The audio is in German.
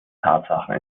tatsachen